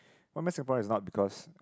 Singaporeans is not because